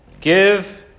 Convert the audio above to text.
give